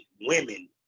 women